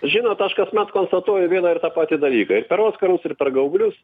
žinot aš kasmet konstatuoju vieną ir tą patį dalyką ir per oskarus ir per gaublius